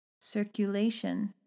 Circulation